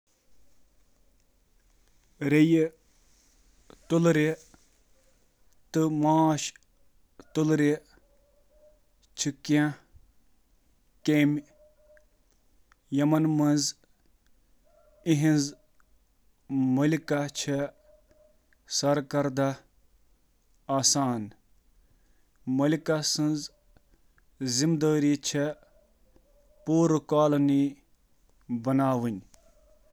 چیونٹیہٕ تہٕ مۄکھہٕ، چِھ کیمن ہنٛز مثالہٕ یمن منٛز اکھ ملکہ چِھ کالونی ہنٛز قیادت کران: چیونٹیہٕ ملکہ چِھ کالونی ہنٛد رہنما، تہٕ امسند بنیأدی کردار چُھ ٹھوٗل دیُن ییتھ کیٛن زن مکھی ہنٛز ملکہ چِھ ٹھول دیوان۔